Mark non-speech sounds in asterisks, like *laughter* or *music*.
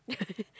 *laughs*